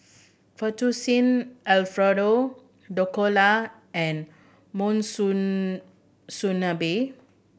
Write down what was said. Fettuccine Alfredo Dhokla and